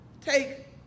take